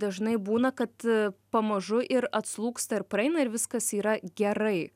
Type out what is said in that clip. dažnai būna kad pamažu ir atslūgsta ir praeina ir viskas yra gerai